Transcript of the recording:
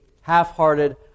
half-hearted